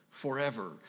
forever